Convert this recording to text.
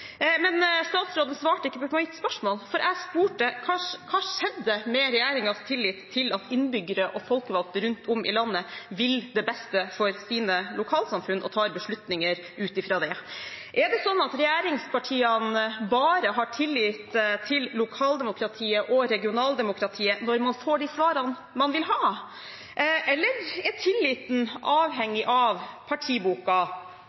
Men statsråden svarte ikke på mitt spørsmål, for jeg spurte: Hva skjedde med regjeringens tillit til at innbyggere og folkevalgte rundt om i landet vil det beste for sine lokalsamfunn og tar beslutninger ut fra det? Er det sånn at regjeringspartiene bare har tillit til lokaldemokratiet og regionaldemokratiet når man får de svarene man vil ha? Eller er tilliten